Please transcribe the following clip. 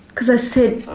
because i said,